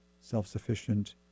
self-sufficient